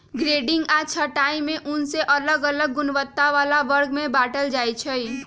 grading आऽ छँटाई में ऊन के अलग अलग गुणवत्ता बला वर्ग में बाटल जाइ छइ